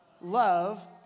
love